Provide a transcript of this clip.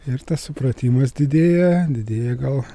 ir tas supratimas didėja didėja gal